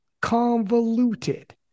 convoluted